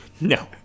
No